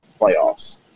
playoffs